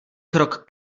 krok